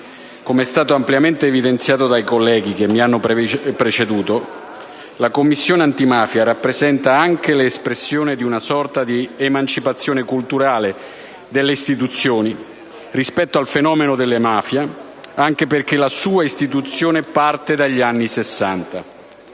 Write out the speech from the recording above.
Com'è stato ampiamente evidenziato dai colleghi che mi hanno preceduto, la Commissione antimafia rappresenta anche l'espressione di una sorta di emancipazione culturale delle istituzioni rispetto al fenomeno delle mafie, anche perché la sua istituzione parte dagli anni '60.